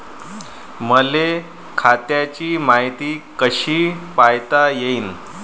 मले खात्याची मायती कशी पायता येईन?